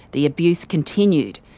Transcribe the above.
the abuse continued,